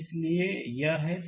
slide समय देखें 1348 इसलिए यह